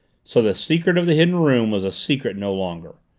so the secret of the hidden room was a secret no longer.